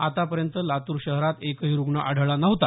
आतापर्यंत लातूर शहरात एकही रूग्ण आढळला नव्हता